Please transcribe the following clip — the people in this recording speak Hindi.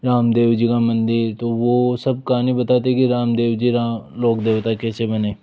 रामदेव जी का मंदिर तो वो सब कहानी बतातें हैं कि रामदेव जी राम लोग देवता कैसे बने